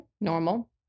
normal